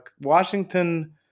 Washington